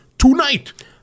Tonight